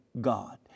God